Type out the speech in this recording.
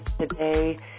today